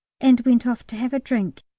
and went off to have a drink,